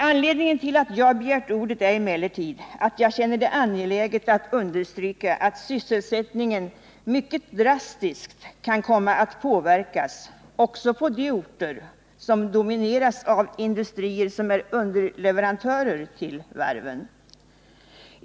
Anledningen till att jag har begärt ordet är emellertid att jag känner det angeläget att understryka att sysselsättningen mycket drastiskt kan komma att påverkas också på de orter som domineras av industrier som är underleverantörer till varven.